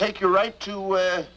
take you right to where